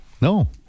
No